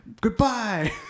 goodbye